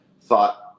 thought